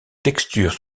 texture